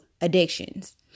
addictions